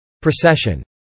Procession